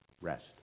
rest